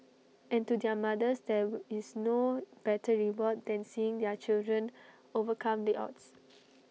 and to their mothers there is no better reward than seeing their children overcome the odds